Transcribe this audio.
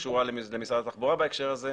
כמו משרד העבודה ומשרדים אחרים,